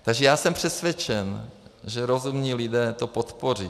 Takže já jsem přesvědčen, že rozumní lidé to podpoří.